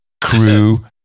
Crew